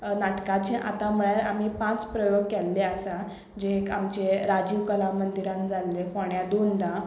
नाटकाचे आतां म्हळ्यार आमी पांच प्रयोग केल्ले आसा जें एक आमचें राजीव कला मंदिरान जाल्लें फोंड्यां दोनदां